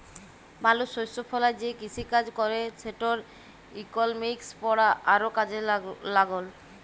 মালুস শস্য ফলায় যে কিসিকাজ ক্যরে সেটর ইকলমিক্স পড়া আরও কাজে ল্যাগল